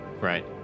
Right